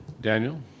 Daniel